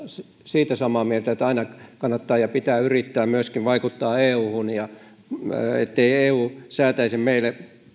siitä samaa mieltä että aina kannattaa ja pitää yrittää myöskin vaikuttaa euhun ettei eu säätäisi meille